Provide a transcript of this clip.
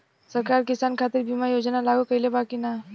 सरकार किसान खातिर बीमा योजना लागू कईले बा की ना?